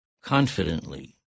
confidently